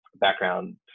background